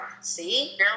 See